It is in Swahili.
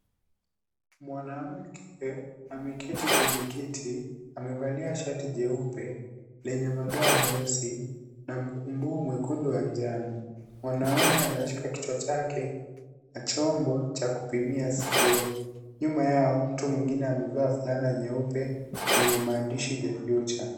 Mwanamke ameketi kwenye kiti. Amevalia shati jeupe lenye madoa meusi na mkumbuu mwekundu wa njano. Mwanaume anashika kichwa chake na chombo cha kupimia sikio. Nyuma yao mtu mwengine amevaa fulani nyeupe yenye maandishi the future .